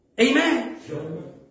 Amen